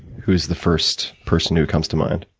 who's the first person who comes to mind?